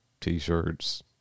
t-shirts